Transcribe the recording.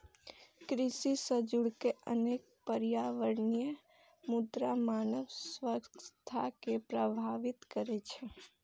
कृषि सं जुड़ल अनेक पर्यावरणीय मुद्दा मानव स्वास्थ्य कें प्रभावित करै छै